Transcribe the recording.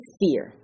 fear